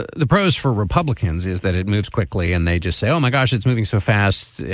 the pros for republicans is that it moves quickly and they just say, oh my gosh, it's moving so fast.